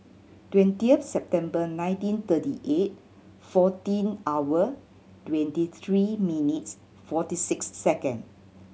twentieth September nineteen thirty eight fourteen hour twenty three minutes forty six second